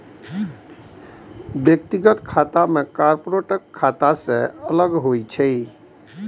व्यक्तिगत खाता कॉरपोरेट खाता सं अलग होइ छै